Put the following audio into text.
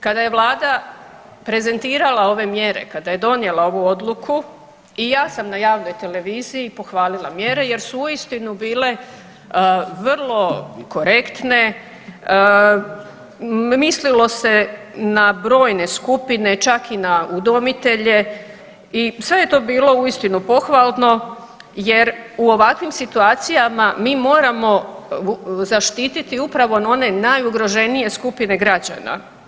Kada je Vlada prezentirala ove mjere, kada je donijela ovu odluku i ja sam na javnoj televiziji pohvalila mjere, jer su uistinu bile vrlo korektne, mislilo se na brojne skupine čak i na udomitelje i sve je to bilo uistinu pohvalno jer u ovakvim situacijama mi moramo zaštiti upravo one najugroženije skupine građana.